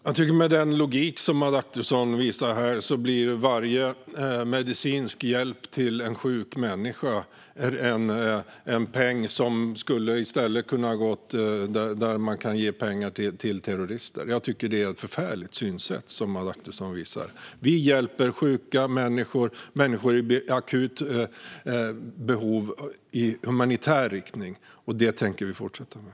Fru talman! Med den logik som Adaktusson visar här blir varje medicinsk hjälp till en sjuk människa en peng som i stället skulle kunna ha gått dit där man kan ge pengar till terrorister. Jag tycker att Adaktusson visar upp ett förfärligt synsätt. Vi hjälper sjuka människor och människor i akut behov av hjälp i humanitär riktning. Det tänker vi fortsätta med.